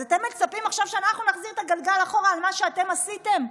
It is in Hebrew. אז אתם מצפים עכשיו שאנחנו נחזיר את הגלגל אחורה על מה שאתם עשיתם?